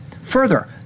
Further